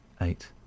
eight